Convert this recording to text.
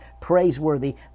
praiseworthy